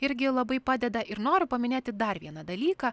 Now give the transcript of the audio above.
irgi labai padeda ir noriu paminėti dar vieną dalyką